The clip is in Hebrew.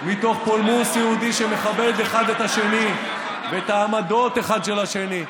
מתוך פולמוס יהודי שמכבד אחד את השני ואת העמדות אחד של השני,